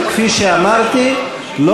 שיישאר על,